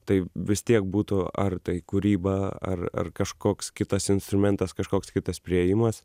tai vis tiek būtų ar tai kūryba ar ar kažkoks kitas instrumentas kažkoks kitas priėjimas